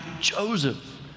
Joseph